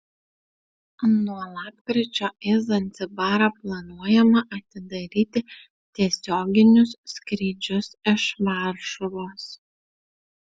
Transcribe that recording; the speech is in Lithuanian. nuo lapkričio į zanzibarą planuojama atidaryti tiesioginius skrydžius iš varšuvos